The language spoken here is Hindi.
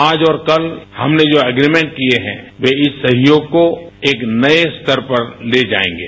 आज और कल हमने जो एग्रीमेंट किए हैं वे इस सहयोग को एक नए स्तर पर ले जाएंगे